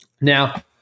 Now